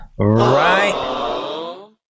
Right